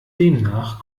demnach